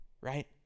right